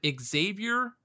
Xavier